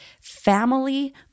family